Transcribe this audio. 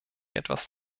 etwas